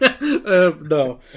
No